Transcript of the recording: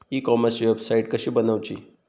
E कॉमर्सची website कशी बनवची?